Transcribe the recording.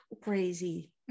crazy